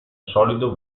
solido